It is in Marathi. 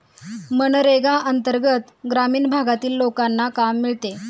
मनरेगा अंतर्गत ग्रामीण भागातील लोकांना काम मिळते